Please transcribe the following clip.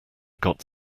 got